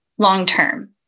long-term